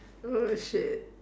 oh shit